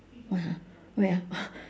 what ah where ah